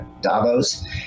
davos